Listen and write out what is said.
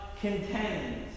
contends